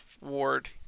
Ward